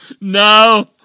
No